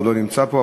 והוא לא נמצא פה,